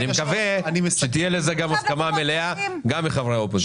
אני מקווה שתהיה לזה הסכמה מלאה גם של חברי האופוזיציה.